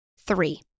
Three